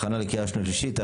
הכנה לקריאה שנייה ושלישית.